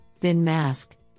bin-mask